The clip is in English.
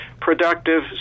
productive